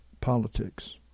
politics